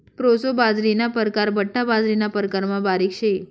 proso बाजरीना परकार बठ्ठा बाजरीना प्रकारमा बारीक शे